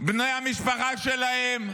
בני המשפחה שלהם,